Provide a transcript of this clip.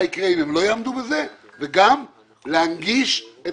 יקרה אם הם לא יעמדו בזה וגם להנגיש את